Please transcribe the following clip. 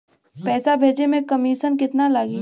पैसा भेजे में कमिशन केतना लागि?